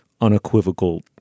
unequivocal